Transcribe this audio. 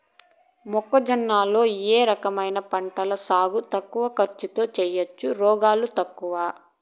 మొక్కజొన్న లో ఏ రకమైన పంటల సాగు తక్కువ ఖర్చుతో చేయచ్చు, రోగాలు తక్కువ?